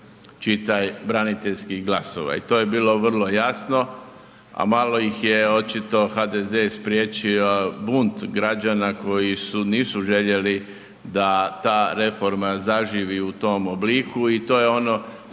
čitaj braniteljskih glasova i to je bilo vrlo jasno. A malo ih je očito HDZ spriječio bunt građana koji nisu željeli da ta reforma zaživi u tom obliku i to je ono